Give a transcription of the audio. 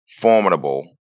formidable